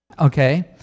okay